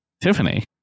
tiffany